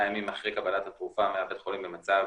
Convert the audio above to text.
ימים אחרי קבלת התרופה מבית חולים במצב